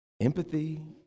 Empathy